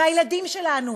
מהילדים שלנו,